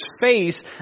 face